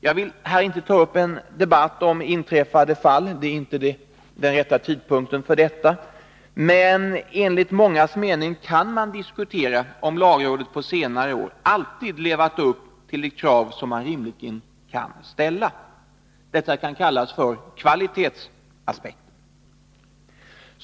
Jag vill härinte ta upp en debatt om inträffade fall— detta är inte den rätta tidpunkten för det — men enligt mångas mening kan man diskutera om lagrådet på senare år alltid levt upp till det krav som man rimligen kan ställa. Detta kan kallas för kvalitetsaspekten.